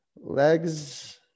Legs